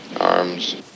arms